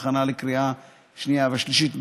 להכנה לקריאה שנייה ושלישית.